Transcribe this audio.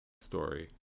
story